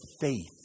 faith